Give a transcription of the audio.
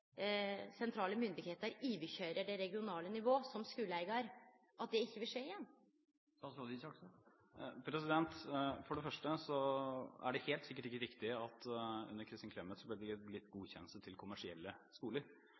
sentrale myndigheiter køyrer over det regionale nivået, som er skuleeigar, ikkje vil skje igjen? For det første er det helt sikkert ikke riktig at det under Kristin Clemet ble gitt godkjennelse til kommersielle skoler,